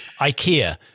Ikea